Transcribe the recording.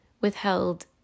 withheld